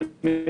בבקשה.